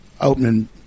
opening